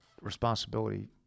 responsibility